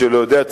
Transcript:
מי שלא יודע,